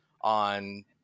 on